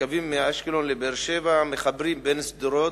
הקווים מאשקלון לבאר-שבע מחברים את שדרות,